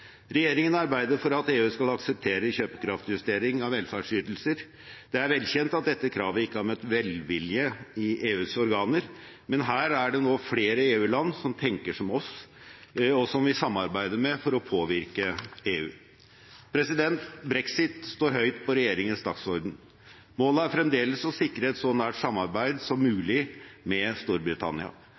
Regjeringen arbeider for at EU skal akseptere kjøpekraftjustering av velferdsytelser. Det er velkjent at dette kravet ikke har møtt velvilje i EUs organer. Men her er det flere EU-land som tenker som oss, og som vi samarbeider med for å påvirke EU. Brexit står høyt på regjeringens dagsorden. Målet er fremdeles å sikre et så nært samarbeid som mulig med Storbritannia.